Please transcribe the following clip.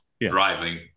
driving